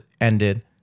ended